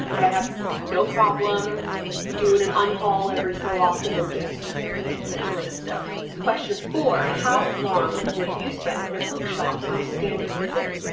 but i have no problem doing an unhaul every so often and just getting rid of stuff. question four how long would you spend in a book shop on a standard visit?